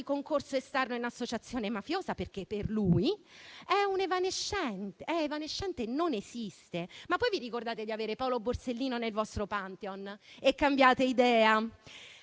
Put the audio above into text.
concorso esterno in associazione mafiosa, perché per lui è evanescente e non esiste, ma poi vi ricordate di avere Paolo Borsellino nel vostro *pantheon* e cambiate idea.